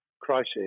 crisis